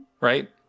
right